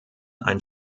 ein